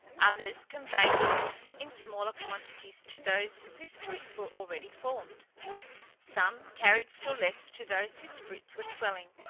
others conveyed it in smaller quantities to those whose fruits were already formed some carried still less to those whose fruits were swelling,